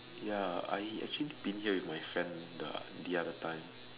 ya I actually been here with my friend the other time